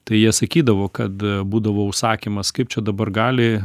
tai jie sakydavo kad būdavo užsakymas kaip čia dabar gali